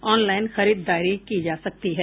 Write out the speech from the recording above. online खरीददारी की जा सकती है